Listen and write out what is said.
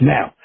Now